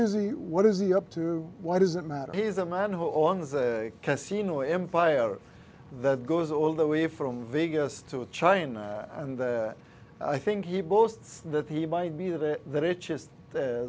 is the what is the up to why does it matter he's a man who owns a casino empire that goes all the way from vegas to china and i think he boasts that he might be that it that it